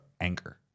anger